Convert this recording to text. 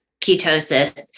ketosis